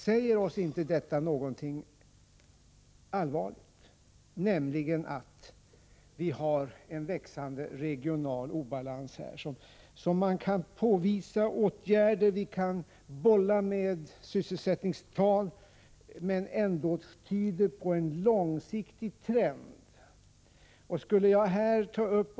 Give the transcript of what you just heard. Säger oss inte detta någonting allvarligt, nämligen att vi har en växande regional obalans här? Man kan bolla med sysselsättningstal, men här kan ändå påvisas en långsiktig trend.